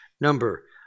number